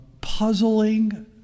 puzzling